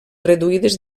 reduïdes